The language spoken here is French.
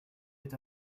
est